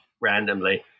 randomly